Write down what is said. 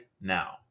now